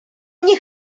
nie